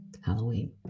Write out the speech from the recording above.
Halloween